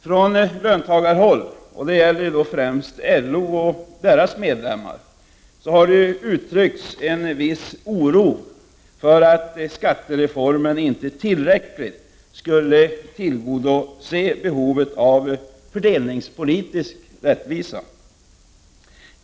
Från löntagarhåll — främst LO och dess medlemmar — har det uttryckts en viss oro för att skattereformen inte tillräckligt skulle tillgodose behovet av fördelningspolitisk rättvisa.